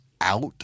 Out